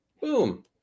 Boom